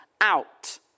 out